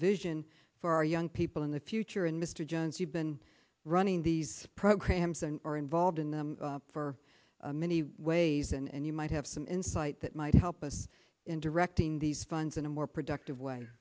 vision for our young people in the future and mr johns you've been running these programs and are involved in them for many ways and you might have some insight that might help us in directing these funds in a more productive way